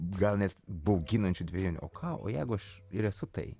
gal net bauginančių dvejonių o ką o jeigu aš ir esu tai